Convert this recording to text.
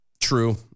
True